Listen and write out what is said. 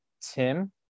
Tim